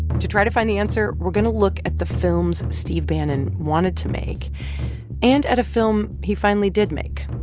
to try to find the answer, we're going to look at the films steve bannon wanted to make and at a film he finally did make,